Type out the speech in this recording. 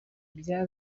ibya